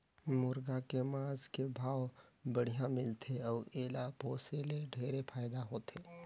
मुरगा के मांस के भाव बड़िहा मिलथे अउ एला पोसे ले ढेरे फायदा होथे